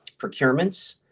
procurements